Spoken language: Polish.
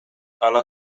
ala